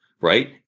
right